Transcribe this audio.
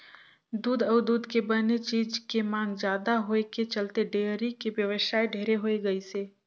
दूद अउ दूद के बने चीज के मांग जादा होए के चलते डेयरी के बेवसाय ढेरे होय गइसे